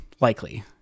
likely